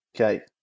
Okay